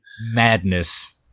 Madness